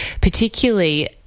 particularly